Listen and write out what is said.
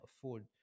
afford